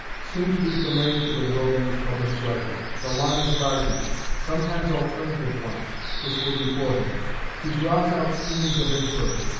soon to be familiar to the world in his published writings the lines of argument, sometimes alternative ones, which were before him he draws out schemes of inquiry,